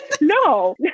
No